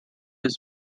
his